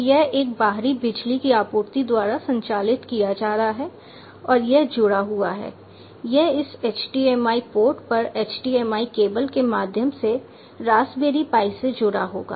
तो यह एक बाहरी बिजली की आपूर्ति द्वारा संचालित किया जा रहा है और यह जुड़ा हुआ है यह इस HDMI पोर्ट पर HDMI केबल के माध्यम से रास्पबेरी पाई से जुड़ा होगा